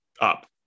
up